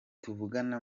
tuvugana